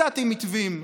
הצעתי מתווים.